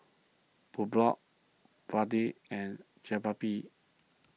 Pulao and Jalebi